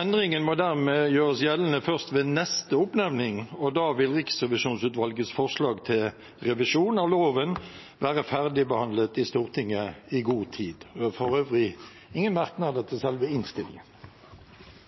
Endringen må dermed gjøres gjeldende først ved neste oppnevning. Da vil riksrevisjonsutvalgets forslag til revisjon av loven være ferdigbehandlet i Stortinget i god tid. Jeg har for øvrig ingen merknader til